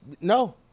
no